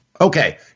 Okay